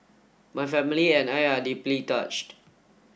my family and I are deeply touched